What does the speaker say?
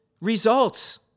results